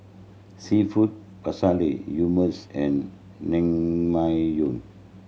Seafood Paella Hummus and Naengmyeon